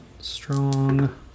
strong